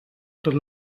tot